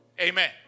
Amen